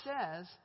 says